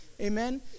Amen